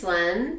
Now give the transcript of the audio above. one